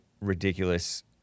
ridiculous